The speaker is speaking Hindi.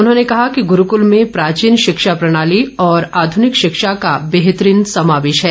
उन्होंने कहा कि गुरूकुल में प्राचीन शिक्षा प्रणाली और आधुनिक शिक्षा का बेहतरीन समावेश है